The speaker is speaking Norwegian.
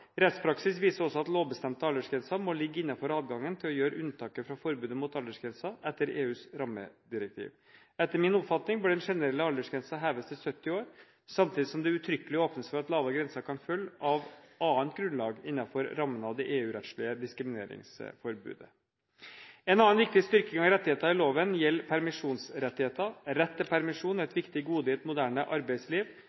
Rettspraksis viser også at lovbestemte aldersgrenser må ligge innenfor adgangen til å gjøre unntak fra forbudet mot aldersgrenser etter EUs rammedirektiv. Etter min oppfatning bør den generelle aldersgrensen heves til 70 år, samtidig som det uttrykkelig åpnes for at lavere grenser kan følge av annet grunnlag innenfor rammen av det EU-rettslige diskrimineringsforbudet. En annen viktig styrking av rettigheter i loven gjelder permisjonsrettigheter.